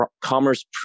commerce